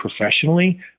professionally